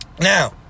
Now